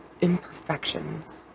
imperfections